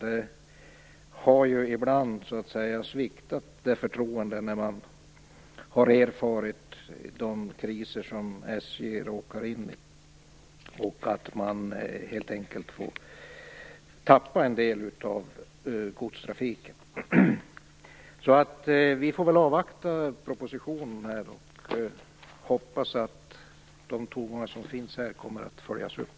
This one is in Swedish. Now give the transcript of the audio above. Det förtroendet har ibland sviktat, när man har erfarit de kriser som SJ råkar in i och att man helt enkelt tappar en del av godstrafiken. Vi får väl avvakta propositionen och hoppas att de tongångar som finns här kommer att följas upp.